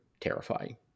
terrifying